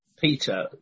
Peter